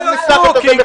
אז נפתח את זה מחדש.